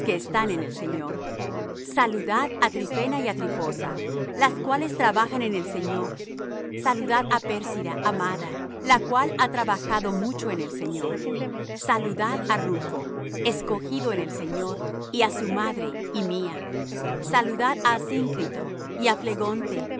están en el señor saludad á trifena y á trifosa las cuales trabajan en el señor saludad á pérsida amada la cual ha trabajado mucho en el señor saludad á rufo escogido en el señor y á su madre y mía saludad á asíncrito y á